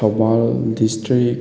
Thoubal district